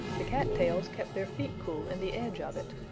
the cat-tails kept their feet cool in the edge of it.